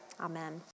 amen